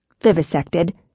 VIVISECTED